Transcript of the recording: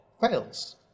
fails